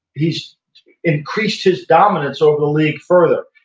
he's increased his dominance over the league further,